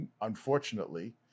unfortunately